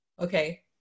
okay